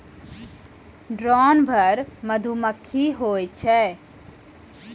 drone नर मधुमक्खी होय छै